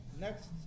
Next